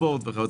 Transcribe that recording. ספורט וכו',